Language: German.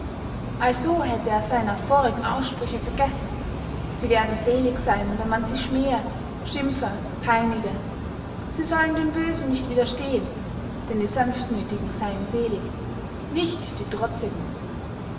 also hätte er seiner vorigen aussprüche vergessen sie werden selig seyn wenn man sie schmähe schimpfe peinige sie sollen den bösen nicht widerstehen denn die sanftmüthigen seyen selig nicht die trotzigen